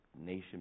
nation